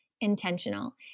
intentional